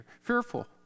fearful